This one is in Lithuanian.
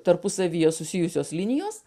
tarpusavyje susijusios linijos